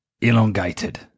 elongated